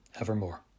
evermore